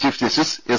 chief justice S